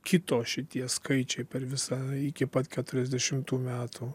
kito šitie skaičiai per visą iki pat keturiasdešimt metų